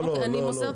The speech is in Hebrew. לא, לא, לא.